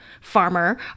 farmer